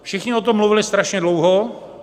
Všichni o tom mluvili strašně dlouho.